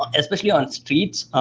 especially on streets,